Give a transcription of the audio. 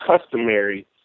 customary